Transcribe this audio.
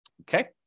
okay